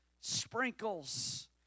sprinkles